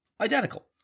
identical